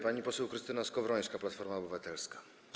Pani poseł Krystyna Skowrońska, Platforma Obywatelska.